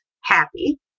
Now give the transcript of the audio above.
Happy